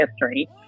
history